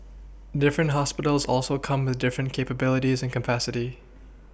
different hospitals also come with different capabilities and capacity